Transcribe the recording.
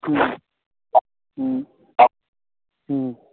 ಹ್ಞೂ ಹ್ಞೂ